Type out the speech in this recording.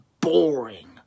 boring